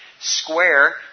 Square